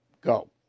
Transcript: Go